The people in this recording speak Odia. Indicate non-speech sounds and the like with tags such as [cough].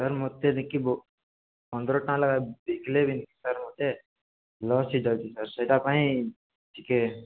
ସାର୍ ମୋତେ ଦେଖି ପନ୍ଦର ଟଙ୍କା ଲେଖା ବିକିଲେ ବି [unintelligible] ଲସ୍ ହେଇଯାଉଛି ସାର୍ ସେଇଟା ପାଇଁ ଟିକେ